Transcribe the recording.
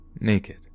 naked